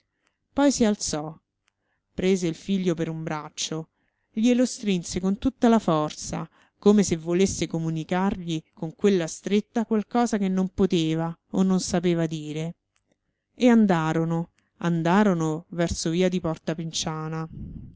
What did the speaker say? poi si alzò prese il figlio per un braccio glielo strinse con tutta la forza come se volesse comunicargli con quella stretta qualcosa che non poteva o non sapeva dire e andarono andarono verso via